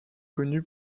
connue